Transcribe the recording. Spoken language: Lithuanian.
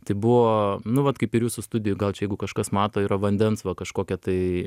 tai buvo nu vat kaip ir jūsų studijoj gal čia jeigu kažkas mato yra vandens va kažkokia tai